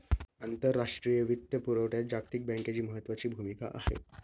आंतरराष्ट्रीय वित्तपुरवठ्यात जागतिक बँकेची महत्त्वाची भूमिका आहे